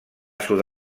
sud